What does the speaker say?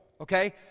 Okay